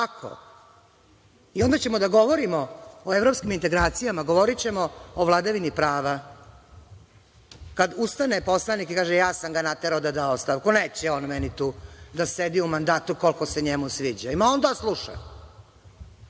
I onda ćemo da govorimo o evropskim integracijama, govorićemo o vladavini prava kada ustane poslanik i kaže – ja sam ga naterao da da ostavku, neće on meni tu da sedi u mandatu koliko se njemu sviđa, ima on da sluša. To